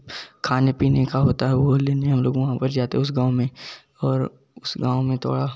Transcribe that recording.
खाने पीने का होता है वह लेने हम लोग वहाँ पर जाते हैं उस गाँव में और उस गाँव में थोड़ा